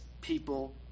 people